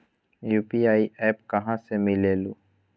UPI app कहा से मिलेलु?